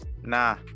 nah